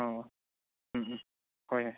ꯑꯣ ꯎꯝ ꯎꯝ ꯍꯣꯏ ꯍꯣꯏ